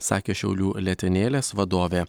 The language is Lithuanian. sakė šiaulių letenėlės vadovė